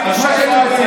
עכשיו אני יודע שאתה שם.